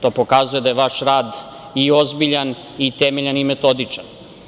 To pokazuje da je vaš rad i ozbiljan i temeljan i metodičan.